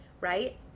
right